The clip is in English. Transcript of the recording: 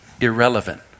irrelevant